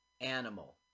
animal